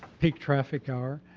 peak traffic hour.